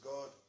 God